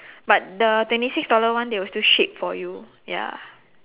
but the twenty six dollar one they will still shade for you ya